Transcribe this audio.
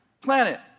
planet